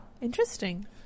Interesting